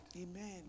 Amen